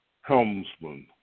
helmsman